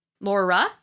Laura